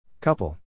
Couple